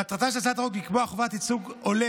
מטרתה של הצעת החוק היא לקבוע חובת ייצוג הולם